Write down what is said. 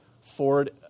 Ford